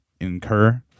incur